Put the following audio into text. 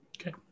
Okay